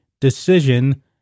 decision